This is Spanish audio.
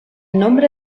nombre